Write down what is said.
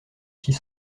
six